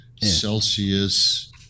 Celsius